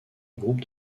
groupe